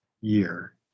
year